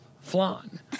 Flan